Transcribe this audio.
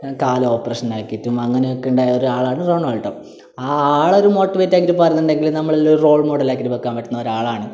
കാൽ ഓപ്പറേഷൻ ആക്കിയിട്ടും അങ്ങനെയൊക്കെ ഉണ്ടായ ഒരാളാണ് റൊണോൾഡോ ആ ആളൊരു മോട്ടിവേറ്റാക്കിയിട്ട് പറയുന്നുണ്ടെങ്കിലും നമ്മളെല്ലാം ഒരു റോൾ മോഡല് ആക്കിയിട്ട് വെക്കാൻ പറ്റുന്ന ഒരാളാണ്